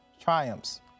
triumphs